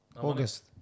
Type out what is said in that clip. August